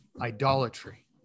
idolatry